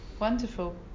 wonderful